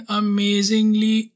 amazingly